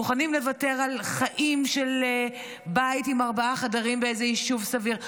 מוכנים לוותר על חיים של בית עם ארבעה חדרים באיזה יישוב סביר.